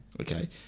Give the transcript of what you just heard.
Okay